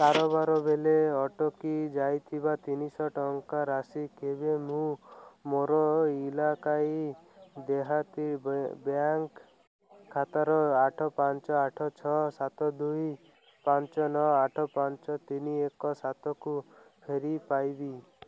କାରବାର ବେଳେ ଅଟକି ଯାଇଥିବା ତିନିଶହ ଟଙ୍କାର ରାଶି କେବେ ମୁଁ ମୋର ଇଲାକାଈ ଦେହାତୀ ବ୍ୟାଙ୍କ୍ ଖାତାର ଆଠ ପାଞ୍ଚ ଆଠ ଛଅ ସାତ ଦୁଇ ପାଞ୍ଚ ନଅ ଆଠ ପାଞ୍ଚ ତିନି ଏକ ସାତ କୁ ଫେରି ପାଇବି